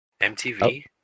MTV